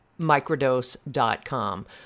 microdose.com